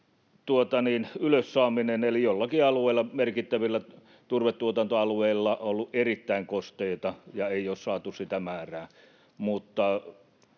ylös saaminen, eli joillakin alueilla, merkittävillä turvetuotantoalueilla, on ollut erittäin kosteaa ja ei ole saatu sitä määrää,